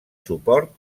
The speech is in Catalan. suport